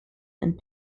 and